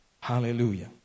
Hallelujah